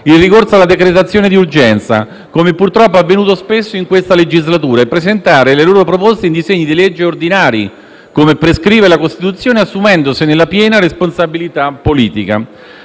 il ricorso alla decretazione di urgenza, come purtroppo avvenuto spesso in questa legislatura, e presentare le loro proposte in disegni di legge ordinari, come prescrive la Costituzione, assumendosene la piena responsabilità politica.